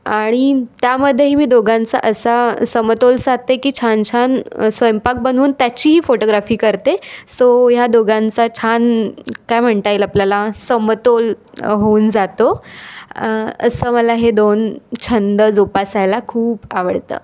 आणि त्यामध्येही मी दोघांचा असा समतोल साधते की छान छान स्वयंपाक बनवून त्याचीही फोटोग्राफी करते सो या दोघांचा छान काय म्हणता येईल आपल्याला समतोल होऊन जातो असं मला हे दोन छंद जोपासायला खूप आवडतं